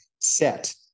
set